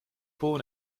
born